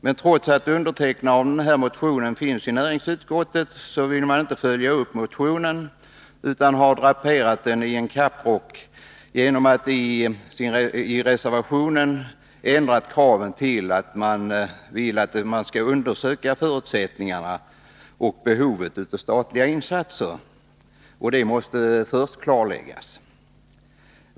Men trots att undertecknare av den här motionen finns i näringsutskottet vill man inte följa upp motionen utan har draperat den i en kapprock genom att kraven i reservationen ändrats till att man skall undersöka förutsättningarna för och behovet av statliga insatser —att detta först måste klarläggas.